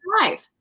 life